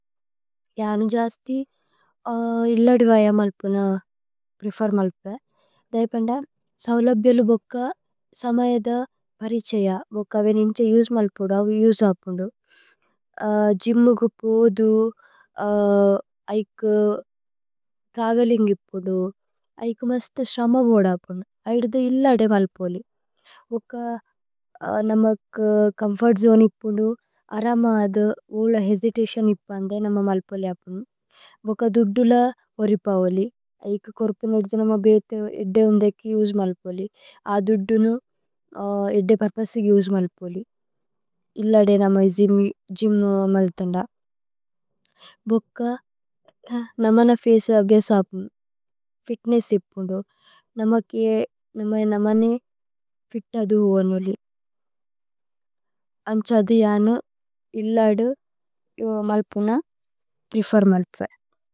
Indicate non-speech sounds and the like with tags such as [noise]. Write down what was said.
ഗ്യനു ജസ്തി ഇല്ലദിവയ മല്പുന പ്രേഫേര് മല്പേ। ദയപന്ദമ് സവ്ലബ്യലു ബുക്ക സമയദ പരിഛയ। ഭുക്ക വേനിസ്തേ ഉസേ മല്പുദ ഉസേ അപുന്ദു ഗ്യ്മ്കു। പൂദു ഐകു ത്രവേലിന്ഗ് ഇപ്പുദു ഐകു മസ്തു ശ്രമ। വോദ അപുന്ദു ഐരുദു ഇല്ലദേ മല്പോലി ഭുക്ക നമക്। ചോമ്ഫോര്ത് ജോനേ ഇപ്പുന്ദു അരമ അദു ഭുക്ക ഓല। ഹേസിതതിഓന് ഇപ്പന്ദേ നമ മല്പോലി അപുന്ദു ഭുക്ക। ദുദുല ഓരിപവോലി ഐകു കോരുപു നേഗ്ദേ നമ। ബേഹ്തേ ഏദ്ദേ ഉന്ദേകേ ഉസേ മല്പോലി അ ദുദുനു ഏദ്ദേ। പുര്പോസേഗേ ഉസേ മല്പോലി ഇല്ലദേ നമ। [hesitation] ഗ്യ്മ് മല്തന്ദ ഭുക്ക നമന ഫചേ അപുന്ദു ഫിത്നേസ്സ്। ഇപ്പുന്ദു നമ കിഏ നമ നമനേ ഫിത് അദു ഓനോലി। അന്ഛ ദിയനു ഇല്ലദേ യോ മല്പുന പ്രേഫേര് മല്പേ।